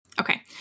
Okay